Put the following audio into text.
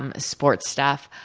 um sports stuff.